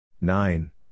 Nine